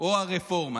או הרפורמה?